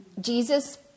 jesus